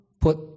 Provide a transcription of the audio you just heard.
put